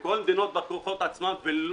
עברו לכל מיני מדינות בכוחות עצמם ולא